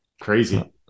Crazy